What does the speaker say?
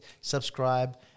subscribe